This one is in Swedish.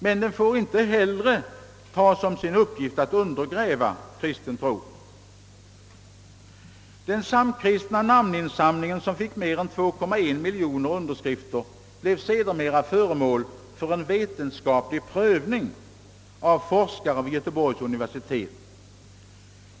Men den får inte heller ta som sin uppgift att undergräva kristen tro.» Den samkristna namninsamlingen, som fick mer än 2,1 miljoner underskrifter, blev sedermera föremål för en vetenskaplig prövning av forskare vid Göteborgs universitet.